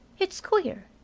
it's queer,